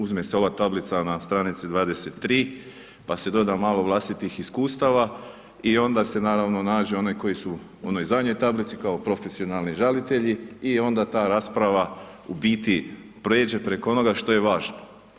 Uzme se ova tablica na stranici 23, pa se doda malo vlastitih iskustava i onda se naravno nađe onaj koji su u onoj zadnjoj tablici kao profesionalni žalitelji i onda ta rasprava u biti pređe preko onoga što je važno.